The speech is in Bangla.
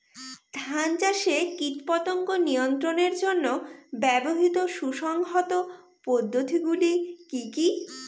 ধান চাষে কীটপতঙ্গ নিয়ন্ত্রণের জন্য ব্যবহৃত সুসংহত পদ্ধতিগুলি কি কি?